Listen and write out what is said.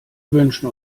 wünschen